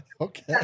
Okay